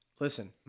Listen